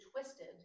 twisted